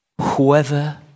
Whoever